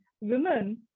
women